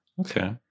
Okay